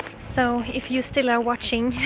so if you still are watching